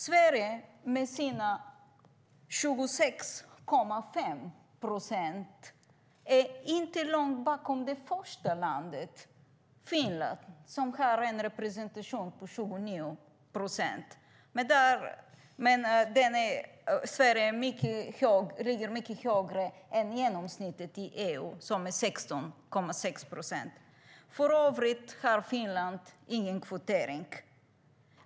Sverige med sina 26,5 procent är inte långt bakom det första landet, Finland, som har en representation på 29 procent. Sverige ligger mycket högre än genomsnittet i EU, som är 16,6 procent. För övrigt har Finland ingen kvotering.